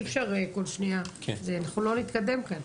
אי אפשר כל שנייה, אנחנו לא נתקדם כאן.